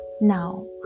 Now